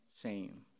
shame